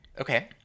Okay